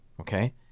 okay